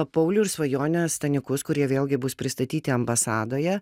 paulių ir svajonę stanikus kurie vėlgi bus pristatyti ambasadoje